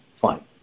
Fine